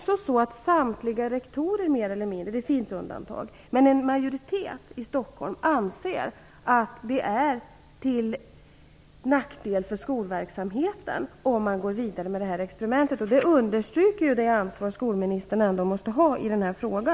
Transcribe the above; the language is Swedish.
Samtliga rektorer i Stockholm - det finns undantag - anser att det är till nackdel för skolverksamheten om man går vidare med experimentet. Det understryker det ansvar som skolministern ändå måste ha i denna fråga.